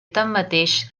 tanmateix